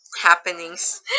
happenings